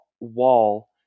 wall